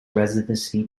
residency